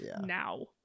now